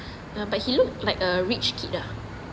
but he look like a rich kid ah